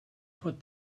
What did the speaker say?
put